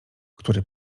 który